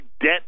debt